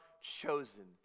chosen